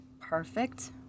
perfect